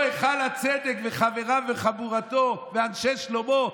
היכל הצדק וחבריו וחבורתו ואנשי שלומו,